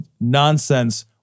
nonsense